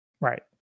right